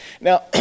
Now